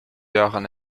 jahren